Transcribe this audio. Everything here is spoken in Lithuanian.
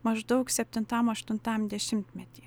maždaug septintam aštuntam dešimtmety